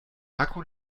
akku